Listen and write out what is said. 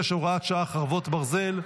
66, הוראת שעה, חרבות ברזל)